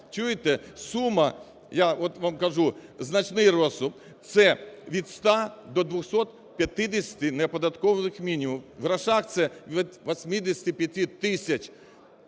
чуєте, сума, я от вам кажу, значний розмір – це від 100 до 250 неоподаткованих мінімумів, в грошах це від 85 тисяч